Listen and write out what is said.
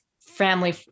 family